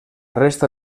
resta